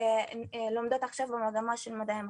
הן לומדות עכשיו במגמה של מדעי המחשב.